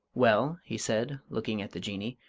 well, he said, looking at the jinnee,